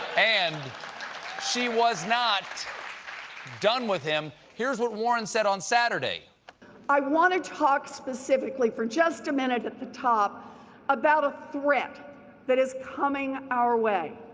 and she was not done with him. here's what warren said saturday i want to talk specifically for just a minute at the top about a threat that is coming our way,